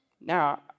Now